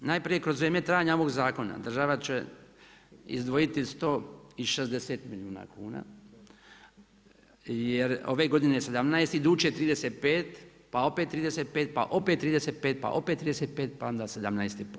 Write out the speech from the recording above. Najprije kroz vrijeme trajanja ovog zakona država će izdvojiti 160 milijuna kuna, jer ove godine 17, iduće 35, pa opet 35, pa opet 35, pa opet 35, pa onda 17 i pol.